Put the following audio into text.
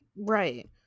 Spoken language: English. Right